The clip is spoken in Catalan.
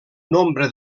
nombre